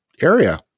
area